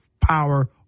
power